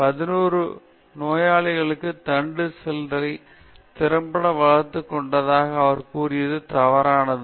பதினொரு நோயாளிகளுக்குரிய தண்டு செல்களைத் திறம்பட வளர்த்துக் கொண்டதாக அவர் கூறியது தவறானது